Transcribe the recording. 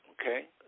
Okay